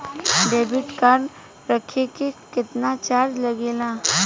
Debit card रखे के केतना चार्ज लगेला?